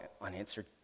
unanswered